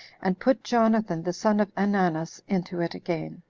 and put jonathan, the son of ananus, into it again,